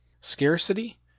Scarcity